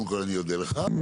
אני אודה לך.